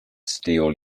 steal